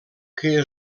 que